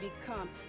become